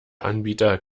anbieter